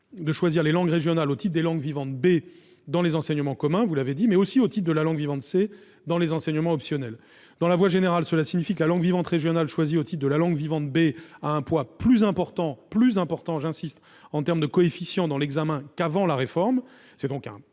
de choisir une des langues régionales au titre de la langue vivante B dans les enseignements communs, comme vous l'avez dit, mais aussi au titre de la langue vivante C dans les enseignements optionnels. Dans la voie générale, la langue vivante régionale choisie au titre de la langue vivante B a un poids plus important- j'y insiste ! -en termes de coefficient dans l'examen qu'avant la réforme ; du